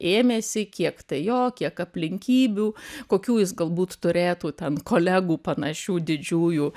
ėmėsi kiek tai jo kiek aplinkybių kokių jis galbūt turėtų ten kolegų panašių didžiųjų